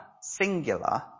singular